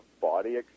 body